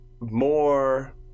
more